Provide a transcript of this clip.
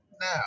Now